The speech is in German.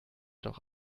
doch